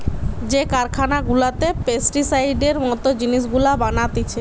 যে কারখানা গুলাতে পেস্টিসাইডের মত জিনিস গুলা বানাতিছে